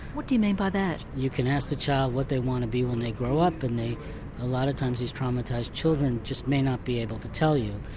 what do you mean by that? you can ask the child what they want to be when they grow up and a ah lot of times these traumatised children just may not be able to tell you.